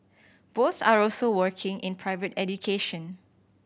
both are also working in private education